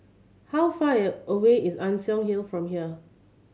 how far is away is Ann Siang Hill from here